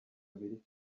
abiri